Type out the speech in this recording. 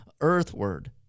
earthward